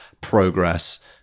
progress